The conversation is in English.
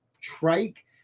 trike